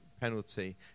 penalty